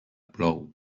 plou